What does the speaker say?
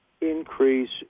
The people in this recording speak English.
increase